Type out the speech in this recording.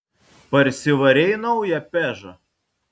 parsivarei naują pežą